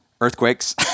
earthquakes